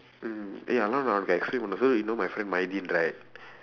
நான் உனக்கு:naan unakku explain பண்ணுறேன்:pannureen so you know my friend right